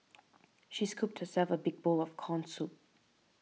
she scooped herself a big bowl of Corn Soup